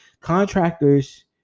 contractors